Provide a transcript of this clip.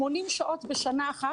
80 שעות בשנה אחת,